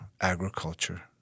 agriculture